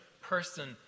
person